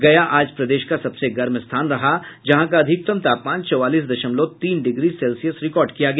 गया आज प्रदेश का सबसे गर्म स्थान रहा जहां का अधिकतम तापमान चौवालीस दशमलव तीन डिग्री सेल्सियस रिकॉर्ड किया गया